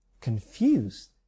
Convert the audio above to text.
confused